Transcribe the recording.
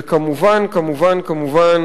וכמובן כמובן כמובן